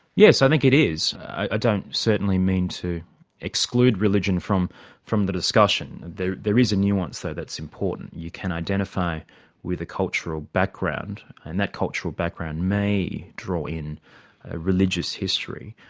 yes i think it is. i don't certainly mean to exclude religion from from the discussion. there there is a nuance though that's important. you can identify with a cultural background, and that cultural background may draw in religious history,